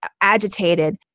agitated